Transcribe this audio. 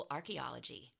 Archaeology